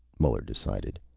muller decided.